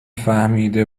فهمیده